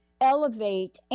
elevate